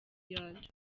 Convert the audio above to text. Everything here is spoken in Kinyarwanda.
yanjye